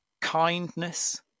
kindness